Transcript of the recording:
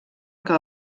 que